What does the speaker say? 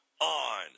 on